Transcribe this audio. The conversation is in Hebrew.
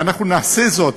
ואנחנו נעשה זאת,